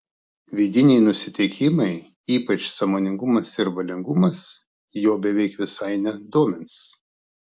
vidiniai nusiteikimai ypač sąmoningumas ir valingumas jo beveik visai nedomins